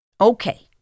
Okay